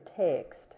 text